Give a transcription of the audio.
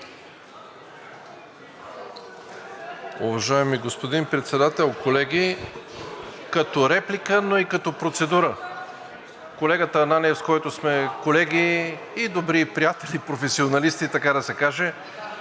Уважаеми господин Председател, колеги! Като реплика, но и като процедура. С колегата Ананиев, с който сме колеги и добри приятели – професионалисти, така да се каже,